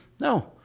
No